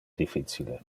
difficile